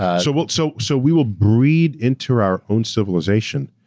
ah so but so so we will breed into our own civilization,